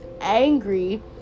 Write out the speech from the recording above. angry